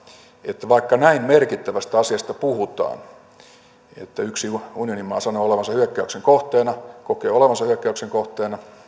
että vaikka puhutaan näin merkittävästä asiasta että yksi unionin maa sanoo olevansa hyökkäyksen kohteena kokee olevansa hyökkäyksen kohteena